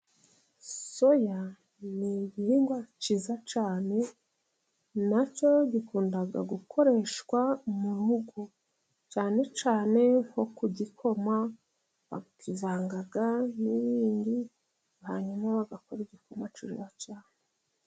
Soya ni igihingwa kiza cyane， nacyo gikunda gukoreshwa mu rugo， cyane cyane nko ku gikoma， bakivanga n'ibindi， hanyuma bagakora igikoma kiza cyane